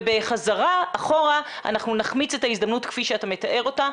ובחזרה אחורה אנחנו נחמיץ את ההזדמנות שאתה מתאר אותה,